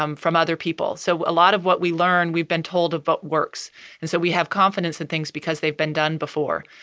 um from other people. so a lot of what we learned, we've been told of what works and so we have confidence in things because they've been done before.